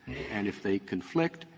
and if they conflict,